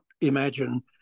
imagine